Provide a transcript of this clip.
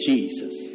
Jesus